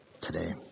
today